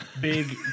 big